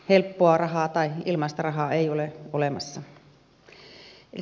helppoa rahaa tai ilmaista rahaa ei ole olemassa